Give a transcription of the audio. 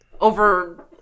over